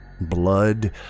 Blood